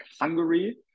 Hungary